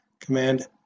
Command